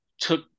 took